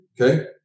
Okay